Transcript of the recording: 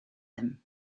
them